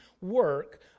work